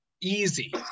easy